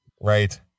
Right